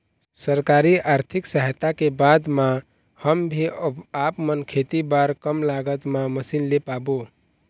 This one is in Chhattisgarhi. सरकारी आरथिक सहायता के बाद मा हम भी आपमन खेती बार कम लागत मा मशीन ले पाबो?